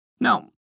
Now